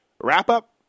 wrap-up